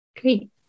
great